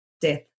Death